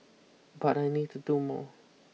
but I need to do more